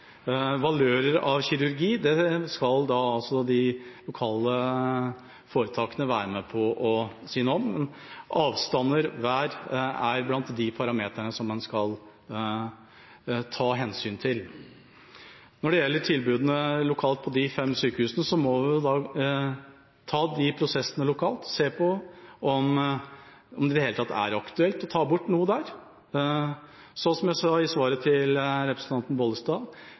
Valører av kirurgi skal de lokale foretakene være med på å si noe om. Avstander og vær er blant de parameterne som en skal ta hensyn til. Når det gjelder tilbudene lokalt på de fem sykehusene, må en ta de prosessene lokalt og se på om det i det hele tatt er aktuelt å ta bort noe der. Som jeg sa i svaret til representanten Bollestad: